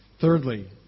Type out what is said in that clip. Thirdly